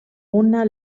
una